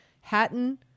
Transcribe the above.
Hatton